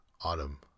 Autumn